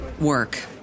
work